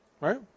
Right